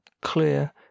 clear